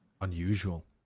unusual